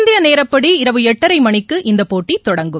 இந்தியநேரப்படி இரவு எட்டரைமணிக்கு இந்தப் போட்டிதொடங்கும்